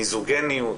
מיזוגניות,